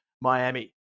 Miami